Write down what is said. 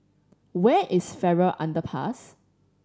where is Farrer Underpass